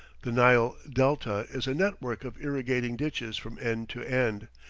the nile delta is a net-work of irrigating ditches from end to end.